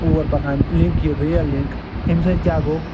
اور پکان لِنٛک یہ ریل لِنٛک اَمہِ سۭتۍ کیٛاہ گوٚو